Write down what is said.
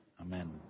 Amen